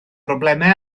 broblemau